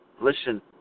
listen